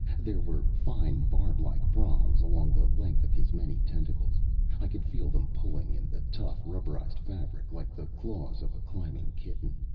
there were fine, barb-like prongs along the length of his many tentacles i could feel them pulling in the tough, rubberized fabric, like the claws of a climbing kitten.